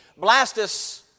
Blastus